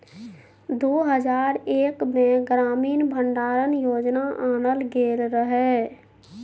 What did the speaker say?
दु हजार एक मे ग्रामीण भंडारण योजना आनल गेल रहय